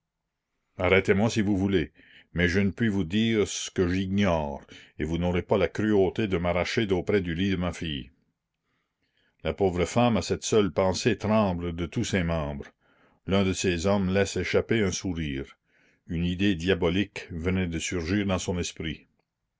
arrêtez moi si vous voulez mais je ne puis vous dire ce que j'ignore et vous n'aurez pas la cruauté de m'arracher d'auprès du lit de ma fille la pauvre femme à cette seule pensée tremble de tous ses membres l'un de ces hommes laisse échapper un sourire une idée diabolique venait de surgir dans son esprit